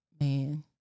Man